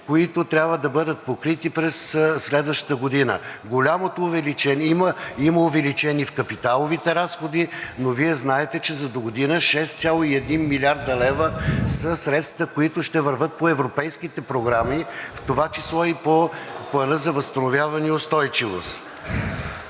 които трябва да бъдат покрити през следващата година. Има увеличение в капиталовите разходи, но Вие знаете, че за догодина 6,1 млрд. лв. са средствата, които ще вървят по европейските програми, в това число и по Плана за възстановяване и устойчивост.